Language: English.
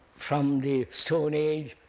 from the stone age,